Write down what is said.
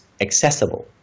accessible